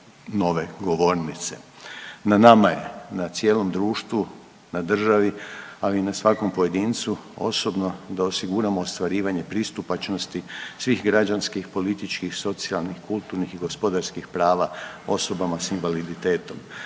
Na nama je i na cijelom društvu, na državi, ali i na svakom pojedincu osobno da osiguramo ostvarivanje pristupačnosti svih građanskih, političkih, socijalnih, kulturnih i gospodarskih prava osobama s invaliditetom.